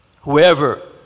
whoever